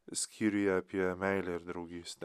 skyriuje apie meilę ir draugystę